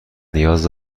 نیاز